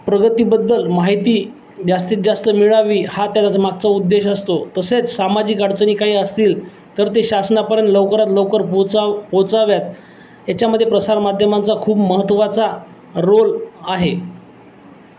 प्रगतीबद्दल माहिती जास्तीत जास्त मिळावी हा त्याचा मागचा उद्देश असतो तसेच सामाजिक अडचणी काही असतील तर ते शासनापर्यंत लवकरात लवकर पोहचाव पोचाव्यात याच्यामध्ये प्रसारमाध्यमांचा खूप महत्वाचा रोल आहे